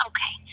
Okay